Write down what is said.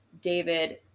David